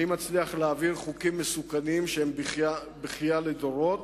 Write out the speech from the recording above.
אני מצליח להעביר חוקים מסוכנים שהם בכייה לדורות,